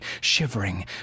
shivering